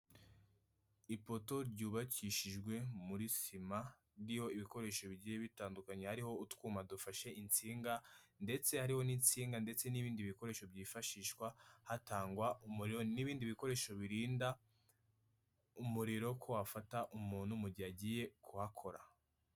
Ipoto ryubakishijwe muri sima ririho ibikoresho bigiye bitandukanye hariho utwuma dufashe insinga ndetse hariho n'insinga ndetse n'ibindi bikoresho byifashishwa hatangwa umuriro n'ibindi bikoresho birinda umuriro ko wafata umuntu mu gihe agiye kuhakora.